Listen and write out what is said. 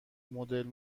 مدل